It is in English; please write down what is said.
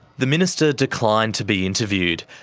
the minister declined to be interviewed.